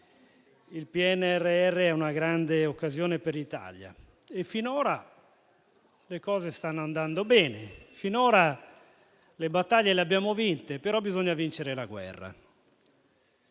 il PNRR è una grande occasione per l'Italia. Finora le cose stanno andando bene e le battaglie le abbiamo vinte, però bisogna vincere la guerra.